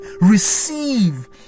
Receive